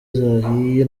zahiye